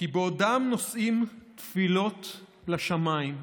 כי בעודם נושאים תפילות לשמיים,